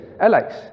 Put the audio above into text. Alex